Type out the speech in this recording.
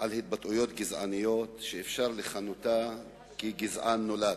על התבטאויות גזעניות, שאפשר לכנותה "גזען נולד".